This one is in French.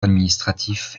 administratif